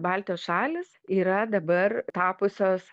baltijos šalys yra dabar tapusios